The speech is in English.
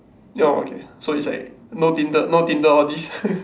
ya okay so is like no tinder no tinder all this